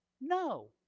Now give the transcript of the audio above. no